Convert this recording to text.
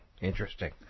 Interesting